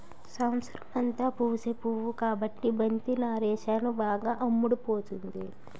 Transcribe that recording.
సంవత్సరమంతా పూసే పువ్వు కాబట్టి బంతి నారేసాను బాగా అమ్ముడుపోతుంది